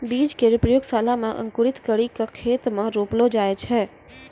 बीज केरो प्रयोगशाला म अंकुरित करि क खेत म रोपलो जाय छै